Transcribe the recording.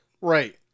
Right